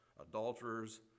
adulterers